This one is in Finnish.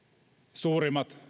suurimmat